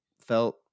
felt